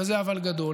וזה אבל גדול,